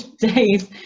days